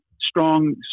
strong